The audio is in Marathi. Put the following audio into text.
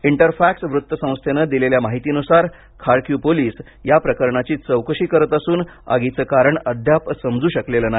इंटरफॅक्स वृत्तसंस्थेन दिलेल्या माहितीनुसारखार्किव्ह पोलिस या प्रकरणाची चौकशी असून आगीचे कारण अद्याप समजू शकलेले नाही